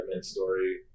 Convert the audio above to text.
story